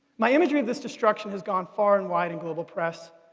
my imagery of this destruction has gone far and wide in global press,